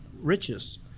riches